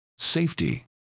safety